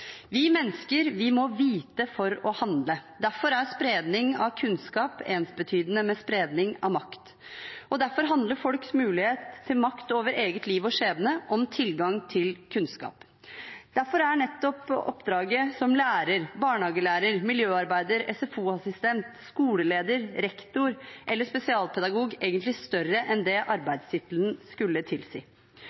Vi mennesker må vite for å handle. Derfor er spredning av kunnskap ensbetydende med spredning av makt. Og derfor handler folks mulighet til makt over eget liv og skjebne om tilgang til kunnskap. Nettopp derfor er oppdraget som lærer, barnehagelærer, miljøarbeider, SFO-assistent, skoleleder, rektor eller spesialpedagog egentlig større enn det arbeidstittelen skulle tilsi.